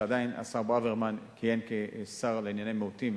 כשעדיין השר ברוורמן כיהן כשר לענייני מיעוטים,